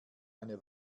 eine